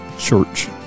church